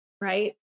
right